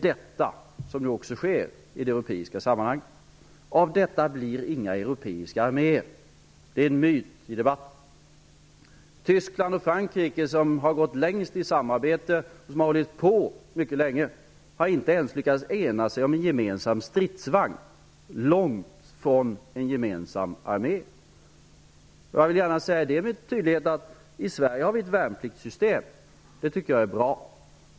Detta sker nu också i det europeiska sammanhanget. Av detta blir det inga europeiska arméer. Det är en myt i debatten. Tyskland och Frankrike, som har gått längst i samarbete och som har hållit på mycket länge, har inte ens lyckats ena sig om en gemensam stridsvagn och än mindre om en gemensam armé. Jag vill med tydlighet säga att vi i Sverige har ett värnpliktssystem och att jag tycker att det är bra.